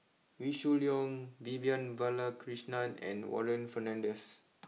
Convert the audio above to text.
Wee Shoo Leong Vivian Balakrishnan and Warren Fernandez